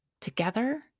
together